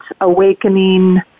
awakening